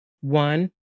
One